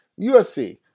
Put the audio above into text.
UFC